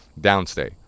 Downstay